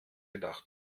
gedacht